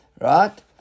right